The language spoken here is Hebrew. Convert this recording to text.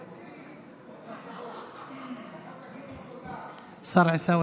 לקטוף קרדיט על פעולות שאחרים ביצעו,